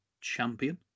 Champion